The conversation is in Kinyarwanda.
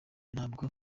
ntabwo